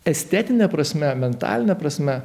estetine prasme mentaline prasme